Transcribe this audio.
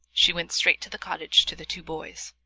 she went straight to the cottage to the two boys.